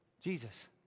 Jesus